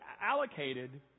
allocated